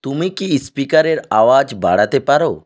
তুমি কি স্পিকারের আওয়াজ বাড়াতে পারো